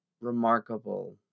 remarkable